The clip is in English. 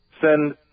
send